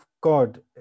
god